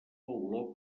olor